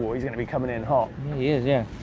he's gonna be coming in hard. he is yeah.